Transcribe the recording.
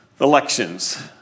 elections